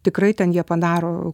tikrai ten jie padaro